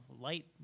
light